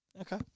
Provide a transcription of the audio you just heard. Okay